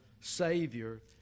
Savior